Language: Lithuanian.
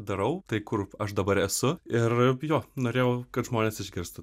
darau tai kur aš dabar esu ir jo norėjau kad žmonės išgirstų